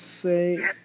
say